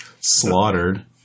slaughtered